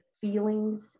feelings